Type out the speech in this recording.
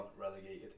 relegated